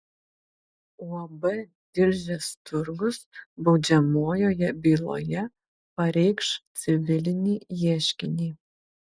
uab tilžės turgus baudžiamojoje byloje pareikš civilinį ieškinį